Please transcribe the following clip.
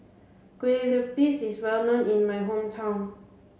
Kueh Lapis is well known in my hometown